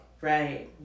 Right